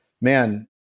man